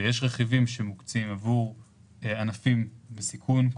ויש רכיבים שמוקצים עבור ענפים בסיכון.